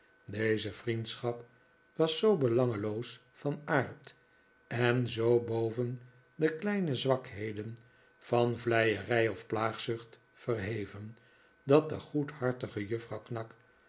deze vriendschap was zoo belangeloos van aard en zoo boven de kleine zwakheden van vleierij of plaagzucht verheven dat de goedhartige juffrouw